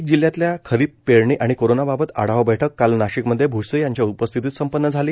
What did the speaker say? नाशिक जिल्ह्यातल्या खरीप पेरणी आणि कोरोनाबाबत आढावा बैठक काल नाशिकमधे भ्से यांच्या उपस्थितीत संपन्न झाली